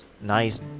nice